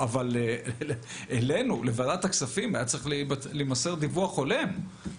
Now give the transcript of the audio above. -- אבל לוועדת הכספים היה צריך להימסר דיווח הולם.